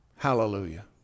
Hallelujah